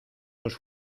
tus